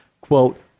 quote